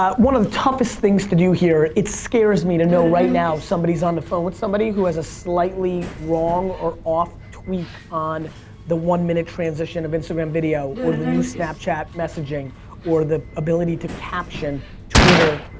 um one of the toughest things to do here, it scares me to know right now somebody is on the phone with somebody who has a slightly wrong or off tweak on the one minute transition of instagram video or the new snapchat messaging or the ability to caption twitter